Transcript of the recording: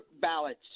ballots